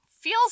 feels